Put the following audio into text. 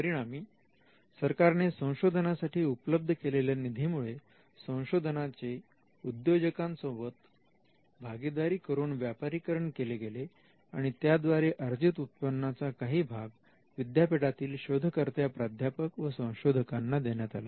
परिणामी सरकारने संशोधनासाठी उपलब्ध केलेल्या निधीमुळे संशोधनाचे उद्योजकांसमवेत भागीदारी करून व्यापारीकरण केले गेले आणि त्याद्वारे अर्जित केलेल्या उत्पन्नाचा काही भाग विद्यापीठातील शोधकर्त्या प्राध्यापक व संशोधकांना देण्यात आला